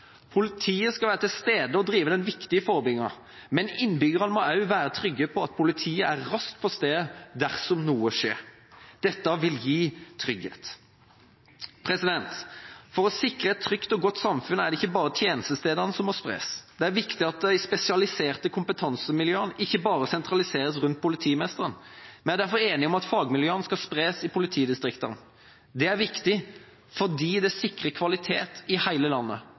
Politiet skal være til stede og drive den viktige forebyggingen, men innbyggerne må også være trygge på at politiet er raskt på stedet dersom noe skjer. Dette vil gi trygghet. For å sikre et trygt og godt samfunn er det ikke bare tjenestestedene som må spres. Det er viktig at de spesialiserte kompetansemiljøene ikke bare sentraliseres rundt politimesteren. Vi er derfor enige om at fagmiljøene skal spres i politidistriktene. Det er viktig fordi det sikrer kvalitet i hele landet,